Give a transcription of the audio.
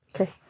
Okay